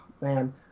man